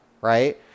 right